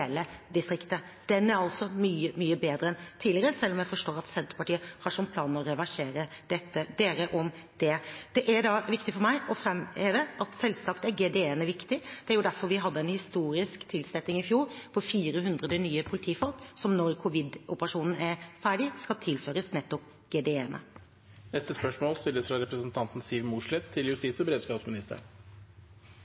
distriktet. Den er altså mye, mye bedre enn tidligere, selv om jeg forstår at Senterpartiet har som plan å reversere dette. Dem om det. Det er da viktig for meg å framheve at selvsagt er GDE-ene viktig. Det er derfor vi i fjor hadde en historisk tilsetting av 400 nye politifolk, som når covid-operasjonen er ferdig, skal tilføres nettopp